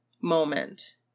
moment